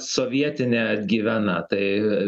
sovietinė atgyvena tai